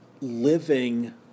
living